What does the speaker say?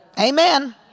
Amen